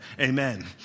amen